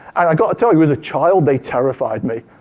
and i've got to tell you, as a child they terrified me.